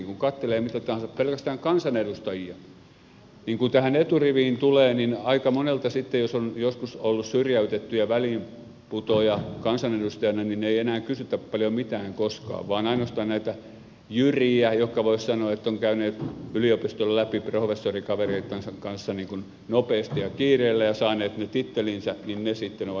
kun katselee mitä tahansa pelkästään kansanedustajia niin kun tähän eturiviin tulee niin aika monelta sitten jos on joskus ollut syrjäytetty ja väliinputoaja kansanedustajana ei enää kysytä paljon mitään koskaan vaan ainoastaan nämä jyrät joista voisi sanoa että he ovat käyneet yliopiston läpi professorikavereittensa kanssa nopeasti ja kiireellä ja saaneet ne tittelinsä sitten ovat asiantuntijoita